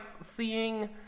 seeing